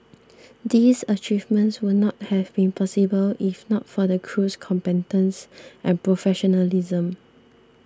these achievements would not have been possible if not for the crew's competence and professionalism